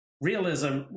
realism